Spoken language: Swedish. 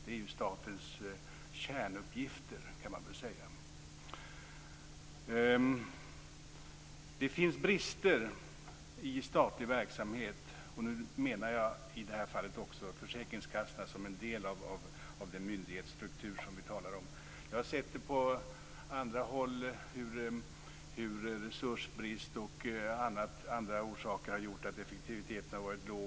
Det är ju statens kärnuppgifter, kan man väl säga. Det finns brister i statlig verksamhet. I det här fallet avser jag också försäkringskassorna som en del av den myndighetsstruktur som vi talar om. Jag har sett på andra håll hur bl.a. resursbrist gjort att effektiviteten varit låg.